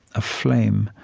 a flame,